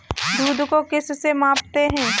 दूध को किस से मापते हैं?